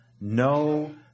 no